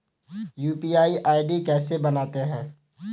UPI ID कैसे बनाते हैं?